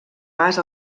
pas